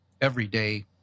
everyday